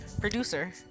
Producer